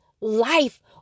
life